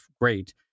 great